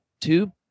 two